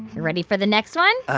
you ready for the next one?